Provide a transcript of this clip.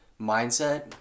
mindset